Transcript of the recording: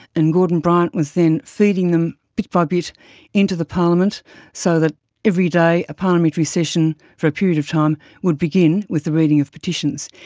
and gordon bryant was then feeding them bit by bit into the parliament so that every day a parliamentary session for a period of time would begin with the reading of petitions,